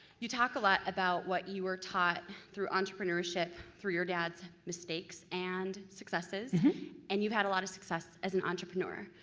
you talk a lot about what you were taught through entrepreneurship through your dad's mistakes and successes and you've had a lot of success as an entrepreneur.